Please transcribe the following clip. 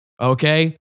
okay